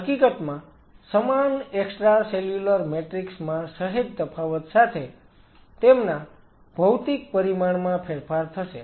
હકીકતમાં સમાન extracellular matrix માં સહેજ તફાવત સાથે તેમના ભૌતિક પરિમાણમાં ફેરફાર થશે